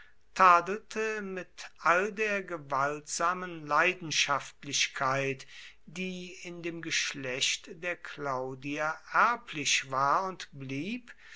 mit all der gewaltsamen leidenschaftlichkeit die in dem geschlecht der claudier erblich war und blieb